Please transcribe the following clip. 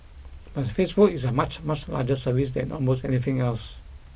but Facebook is a much much larger service than almost anything else